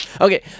Okay